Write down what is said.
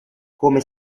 come